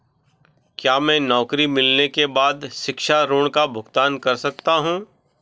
क्या मैं नौकरी मिलने के बाद शिक्षा ऋण का भुगतान शुरू कर सकता हूँ?